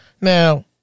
Now